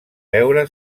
veure